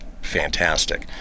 fantastic